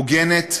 הוגנת,